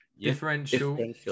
Differential